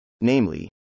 Namely